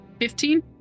fifteen